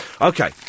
Okay